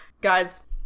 Guys